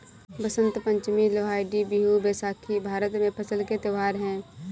बसंत पंचमी, लोहड़ी, बिहू, बैसाखी भारत में फसल के त्योहार हैं